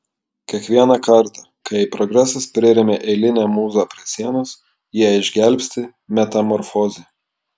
kiekvieną kartą kai progresas priremia eilinę mūzą prie sienos ją išgelbsti metamorfozė